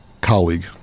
colleague